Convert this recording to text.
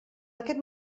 aquest